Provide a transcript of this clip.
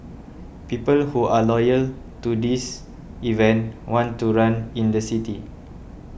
people who are loyal to this event want to run in the city